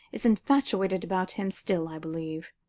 is infatuated about him still, i believe.